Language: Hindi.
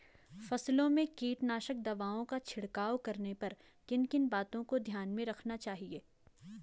फसलों में कीटनाशक दवाओं का छिड़काव करने पर किन किन बातों को ध्यान में रखना चाहिए?